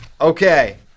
Okay